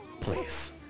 please